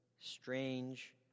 strange